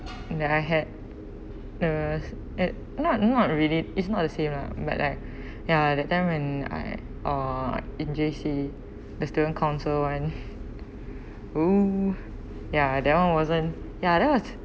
in that I had uh s~ it not not really it's not the same lah but like ya that time when I uh in J_C the student council and !woo! ya that [one] wasn't ya that was